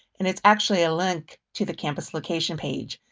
and it's actually a link to the campus location page.